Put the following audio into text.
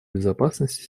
безопасности